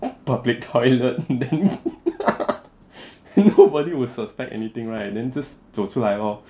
eh public toilet then nobody will suspect anything right then just 走出来 lor